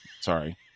Sorry